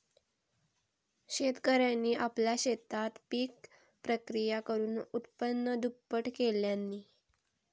शेतकऱ्यांनी आपल्या शेतात पिक प्रक्रिया करुन उत्पन्न दुप्पट केल्यांनी